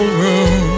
room